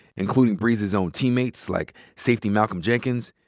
including brees's own teammates, like safety malcolm jenkins,